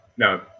No